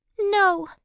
No